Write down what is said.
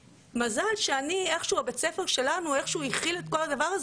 מזל שאיכשהו בית הספר שלנו איכשהו הכיל את כל הדבר הזה